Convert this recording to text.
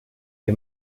you